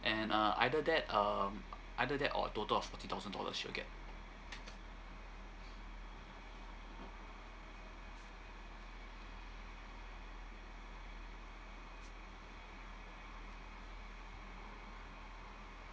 and uh either that um either that or a total of forty thousand dollars she'll get